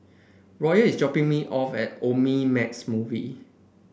Royal is dropping me off at Omnimax Movie